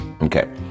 Okay